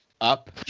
up